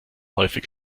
häufig